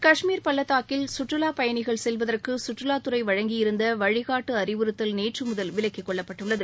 கஷ்மீர் பள்ளத்தாக்கில் சுற்றுலா பயணிகள் செல்வதற்கு சுற்றுவாத்துறை வழங்கியிருந்த வழிகாட்டு அறிவுறுத்தல் நேற்று முதல் விலக்கிக்கொள்ளப்பட்டுள்ளது